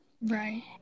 right